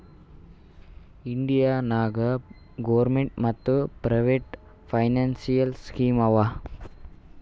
India ನಾಗ್ government ಮತ್ private financial scheme ಆವಾ